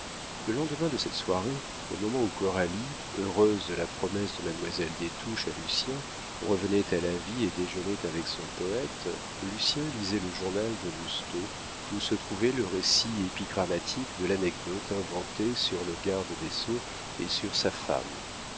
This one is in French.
le lendemain de cette soirée au moment où coralie heureuse de la promesse de mademoiselle des touches à lucien revenait à la vie et déjeunait avec son poète lucien lisait le journal de lousteau où se trouvait le récit épigrammatique de l'anecdote inventée sur le garde des sceaux et sur sa femme